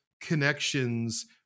connections